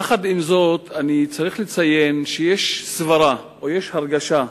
יחד עם זאת, צריך לציין שיש סברה, יש הרגשה,